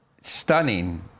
stunning